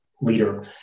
leader